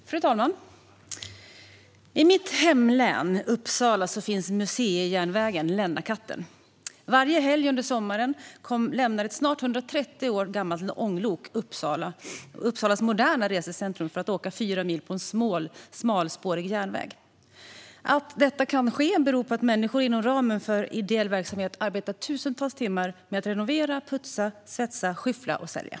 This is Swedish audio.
Fru talman! I mitt hemlän Uppsala finns museijärnvägen Lennakatten. Varje helg under sommaren lämnar ett snart 130 år gammalt ånglok Uppsalas moderna resecentrum för att åka fyra mil på en smalspårig järnväg. Att detta kan ske beror på att människor inom ramen för ideell verksamhet arbetar tusentals timmar med att renovera, putsa, svetsa, skyffla och sälja.